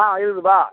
ஆ இருக்குதுப்பா